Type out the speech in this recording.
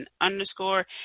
underscore